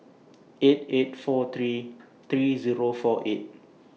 eight eight four three three Zero four eight